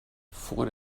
vor